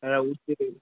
அதெலாம்